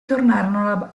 tornarono